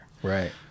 Right